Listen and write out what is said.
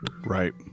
Right